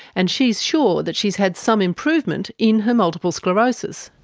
and she's sure that she's had some improvement in her multiple sclerosis.